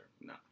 No